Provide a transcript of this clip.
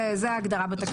זו ההגדרה בתקנון.